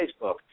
Facebook